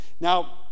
Now